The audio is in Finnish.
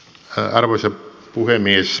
arvoisa puhemies